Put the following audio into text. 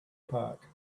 park